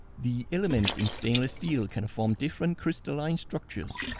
the elements in stainless steel can form different crystalline structures.